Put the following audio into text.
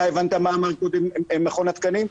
אתה הבנת מה אמר קודם מכון התקנים?